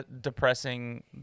depressing